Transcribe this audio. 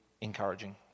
encouraging